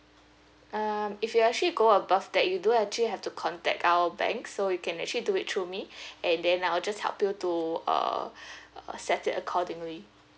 uh if you actually go above that you do actually have to contact our bank so you can actually do it through me and then I'll just help you to uh uh set it accordingly